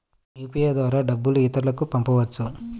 UPI ద్వారా డబ్బు ఇతరులకు పంపవచ్చ?